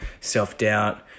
self-doubt